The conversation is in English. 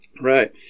Right